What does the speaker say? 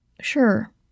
Sure